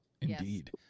indeed